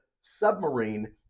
submarine